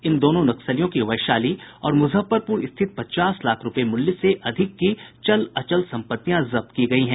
इन दोनों नक्सलियों की वैशाली और मुजफ्फरपुर स्थित पचास लाख रूपये मूल्य से अधिक की चल अचल सम्पत्तियां जब्त की गयी हैं